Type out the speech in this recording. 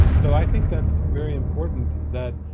so i think that's very important that,